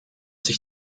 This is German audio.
sich